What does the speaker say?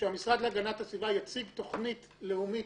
שהמשרד להגנת הסביבה יציג תוכנית לאומית